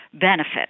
benefit